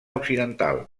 occidental